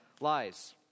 lies